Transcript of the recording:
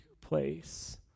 place